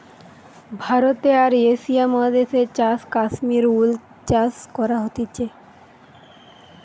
ভারতে আর এশিয়া মহাদেশে চাষ কাশ্মীর উল চাষ করা হতিছে